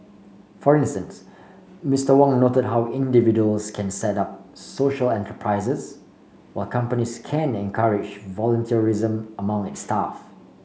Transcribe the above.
for instance Mister Wong noted how individuals can set up social enterprises while companies can encourage volunteerism among its staff